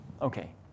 okay